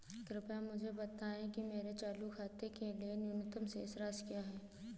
कृपया मुझे बताएं कि मेरे चालू खाते के लिए न्यूनतम शेष राशि क्या है?